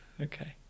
Okay